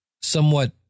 somewhat